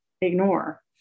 ignore